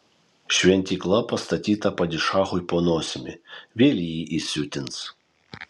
šventykla pastatyta padišachui po nosimi vėl jį įsiutins